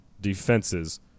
defenses